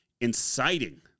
inciting